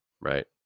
right